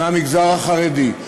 מהמגזר החרדי.